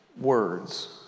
words